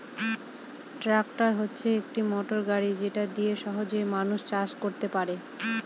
tractor হচ্ছে একটি motor গাড়ি যেটা দিয়ে সহজে মানুষ চাষ করতে পারে